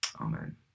Amen